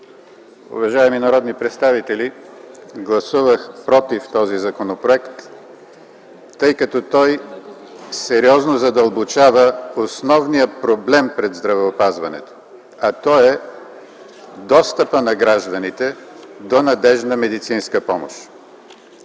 Уважаеми народни представители, гласувах „против” този законопроект, тъй като той сериозно задълбочава основния проблем пред здравеопазването, а той е достъпът на гражданите до надеждна медицинска помощ.